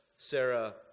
Sarah